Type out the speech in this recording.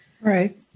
right